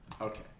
Okay